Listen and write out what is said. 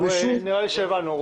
נראה לי שהבנו.